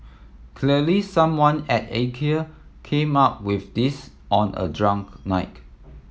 clearly someone at Ikea came up with this on a drunk night